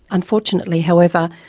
unfortunately, however,